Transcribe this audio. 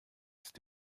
ist